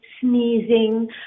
sneezing